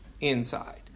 inside